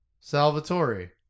Salvatore